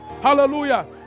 Hallelujah